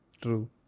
True